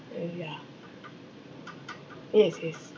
uh yeah yes yes